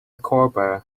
cobra